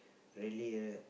really r~